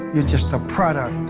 you're just a product.